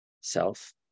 self